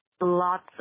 Lots